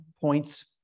points